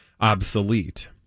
obsolete